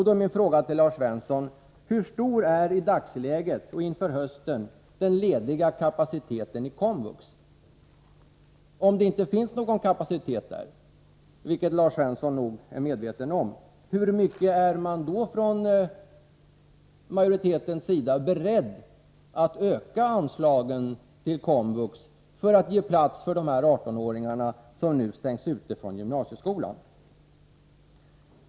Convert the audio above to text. Då är min fråga till Lars Svensson: Hur stor är i dagsläget och inför hösten den lediga kapaciteten i Komvux? Om det inte finns någon kapacitet där — och Lars Svensson är nog medveten om att det inte gör det — hur mycket är man från majoritetens sida beredd att öka anslagen till Komvux, för att ge plats för dessa 18-åringar som nu stängs ute från gymnasieskolan?